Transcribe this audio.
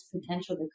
potential